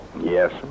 Yes